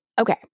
okay